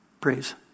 praise